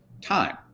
time